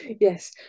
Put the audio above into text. yes